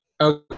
Okay